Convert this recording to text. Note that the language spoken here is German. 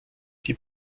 die